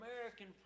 American